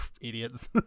idiots